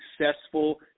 successful